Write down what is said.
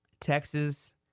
Texas